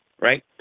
right